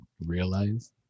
realize